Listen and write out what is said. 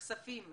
בכספים,